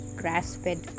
grass-fed